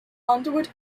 underwood